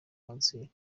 kanseri